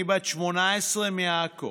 אני בת 18 מעכו,